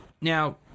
Now